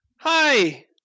hi